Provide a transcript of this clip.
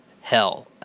hell